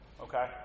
okay